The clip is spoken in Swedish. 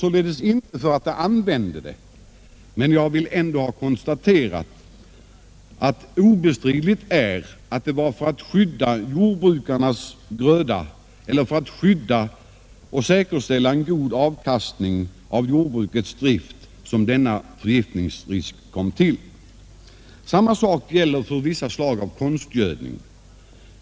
Jag angriper inte dem för att de använde kvicksilver, men jag vill konstatera att denna förgiftningsrisk obestridligt uppstod i samband med åtgärder som vidtogs för att skydda grödan och säkerställa en god avkastning av jordbruket. Samma sak gäller för vissa slag av konstgödning.